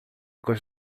gosto